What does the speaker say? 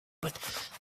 but